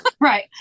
Right